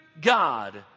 God